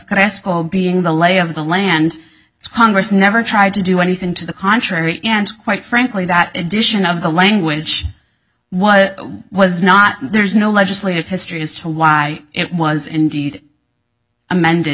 cresco being the lay of the land congress never tried to do anything to the contrary and quite frankly that addition of the language was was not there's no legislative history as to why it was indeed amended